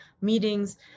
meetings